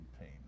pain